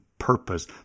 purpose